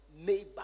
neighbor